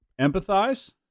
empathize